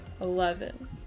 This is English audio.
Eleven